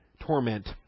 torment